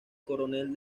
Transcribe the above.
coronel